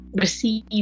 receive